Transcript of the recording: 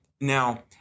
Now